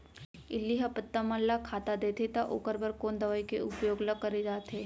इल्ली ह पत्ता मन ला खाता देथे त ओखर बर कोन दवई के उपयोग ल करे जाथे?